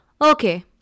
Okay